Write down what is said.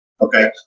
okay